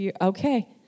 okay